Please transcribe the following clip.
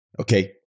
okay